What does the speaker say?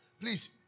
please